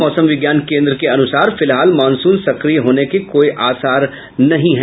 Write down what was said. मौसम विज्ञान केंद्र के अनुसार फिलहाल मानसून सक्रिय होने के कोई आसार नहीं हैं